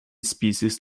species